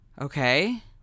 Okay